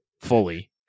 fully